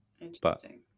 interesting